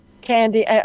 Candy